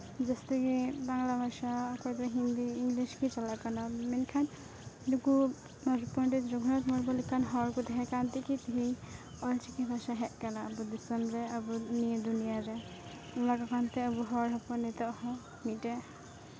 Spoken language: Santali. ᱡᱟᱹᱥᱛᱤ ᱜᱮ ᱵᱟᱝᱞᱟ ᱵᱷᱟᱥᱟ ᱚᱠᱟ ᱫᱚ ᱦᱤᱱᱫᱤ ᱤᱝᱞᱤᱥ ᱜᱮ ᱪᱟᱞᱟᱜ ᱠᱟᱱᱟ ᱢᱮᱱᱠᱷᱟᱱ ᱱᱩᱠᱩ ᱯᱚᱱᱰᱤᱛ ᱨᱟᱹᱜᱷᱩᱱᱟᱛᱷ ᱢᱩᱨᱢᱩ ᱞᱮᱠᱟᱱ ᱦᱚᱲ ᱠᱚ ᱛᱟᱦᱮᱸ ᱠᱟᱱ ᱛᱮᱜᱮ ᱛᱮᱦᱮᱧ ᱚᱞᱪᱤᱠᱤ ᱵᱷᱟᱥᱟ ᱦᱮᱡ ᱠᱟᱱᱟ ᱟᱵᱚ ᱫᱤᱥᱚᱢ ᱨᱮ ᱱᱤᱭᱟᱹ ᱫᱩᱱᱤᱭᱟᱹ ᱨᱮ ᱮᱢᱟ ᱠᱚ ᱠᱟᱱᱛᱮ ᱟᱵᱚ ᱦᱚᱲ ᱱᱤᱛᱚᱜ ᱦᱚᱸ ᱢᱤᱫᱴᱮᱡ